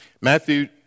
Matthew